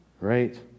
right